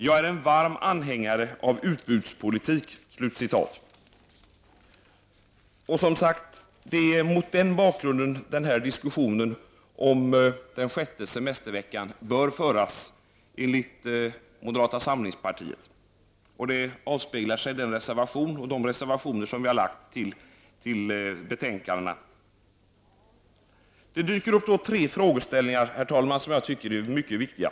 Jag är en varm anhängare av utbudspolitik.” Enligt moderata samlingspartiet är det mot den bakgrunden denna diskussion om införandet av en sjätte semestervecka bör föras. Detta avspeglar sig också i de reservationer som vi har fogat till betänkandena. Herr talman! Det är tre frågeställningar som jag anser vara mycket viktiga.